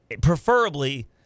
Preferably